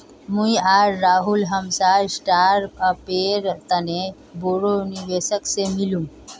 मुई आर राहुल हमसार स्टार्टअपेर तने बोरो निवेशक से मिलुम